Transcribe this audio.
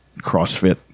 crossfit